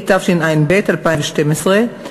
התשע"ב 2012,